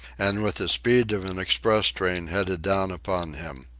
and with the speed of an express train headed down upon him.